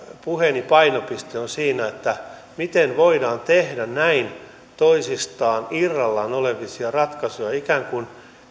puheeni painopiste on siinä miten voidaan tehdä näin toisistaan irrallaan olevia ratkaisuja ikään kuin